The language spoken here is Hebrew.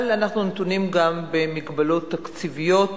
אבל אנחנו נתונים גם במגבלות תקציביות